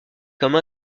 comme